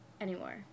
anymore